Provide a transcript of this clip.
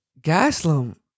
Gaslam